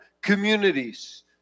communities